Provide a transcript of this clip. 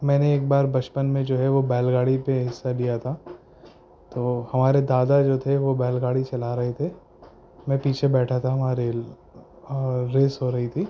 میں نے ایک بار بچپن میں جو ہے وہ بیل گاڑی پہ حصہ لیا تھا تو ہمارے دادا جو تھے وہ بیل گاڑی چلا رہے تھے میں پیچھے بیٹھا تھا وہاں ریل ریس ہو رہی تھی